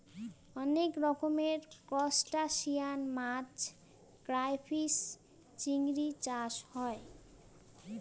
অনেক রকমের ত্রুসটাসিয়ান মাছ ক্রাইফিষ, চিংড়ি চাষ হয়